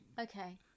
Okay